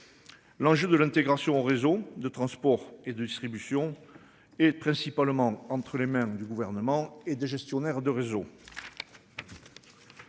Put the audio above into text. L'enjeu de l'intégration aux réseaux de transport et de distribution et principalement entre les mains du gouvernement et des gestionnaires de réseau.